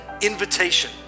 invitation